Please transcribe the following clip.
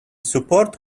support